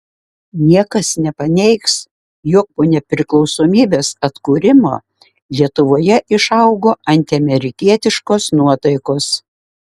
niekas nepaneigs jog po nepriklausomybės atkūrimo lietuvoje išaugo antiamerikietiškos nuotaikos